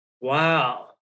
Wow